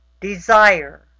desire